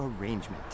arrangement